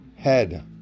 Head